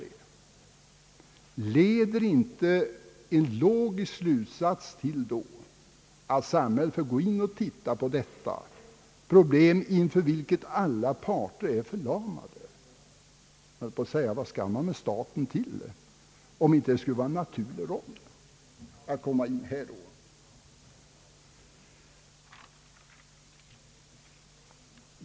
är det då inte en logisk slutsats att samhället bör undersöka detta problem, inför vilket alla parter är förlamade — jag höll på att säga att vad skall man med staten till om inte för att den har en naturlig roll att spela i sådana sammanhang.